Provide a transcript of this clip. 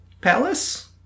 palace